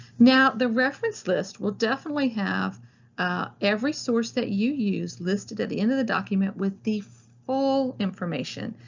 now the reference list will definitely have every source that you use listed at the end of the document with the full information.